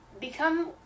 Become